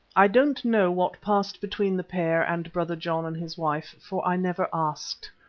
i don't know what passed between the pair and brother john and his wife, for i never asked.